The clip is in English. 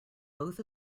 both